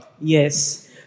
Yes